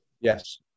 yes